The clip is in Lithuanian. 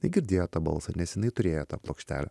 tai girdėjo tą balsą nes jinai turėjo tą plokštelę